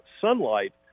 sunlight